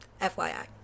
FYI